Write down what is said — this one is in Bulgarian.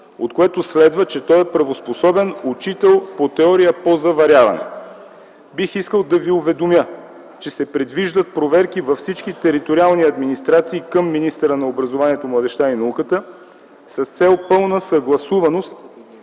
от което следва, че той е правоспособен учител по теория по заваряване. Бих искал да Ви уведомя, че се предвиждат проверки във всички териториални администрации към министъра на образованието, младежта и науката с цел пълна съгласуваност